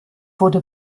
wurde